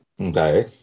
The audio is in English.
okay